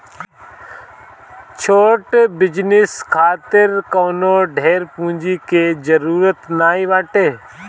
छोट बिजनेस खातिर कवनो ढेर पूंजी के जरुरत नाइ बाटे